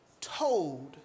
told